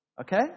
Okay